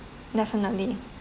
definitely